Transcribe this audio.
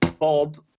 Bob